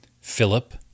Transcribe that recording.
Philip